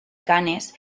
cannes